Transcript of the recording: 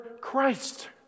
Christ